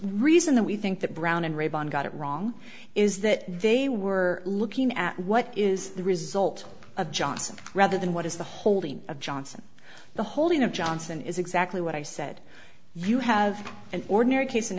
reason that we think that brown and ray vaughn got it wrong is that they were looking at what is the result of johnson rather than what is the holding of johnson the holding of johnson is exactly what i said you have an ordinary case